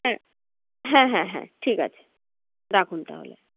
হ্যাঁ হ্যাঁ হ্যাঁ হ্যাঁ ঠিক আছে রাখুন তাহলে